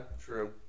true